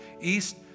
east